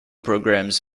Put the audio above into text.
programmes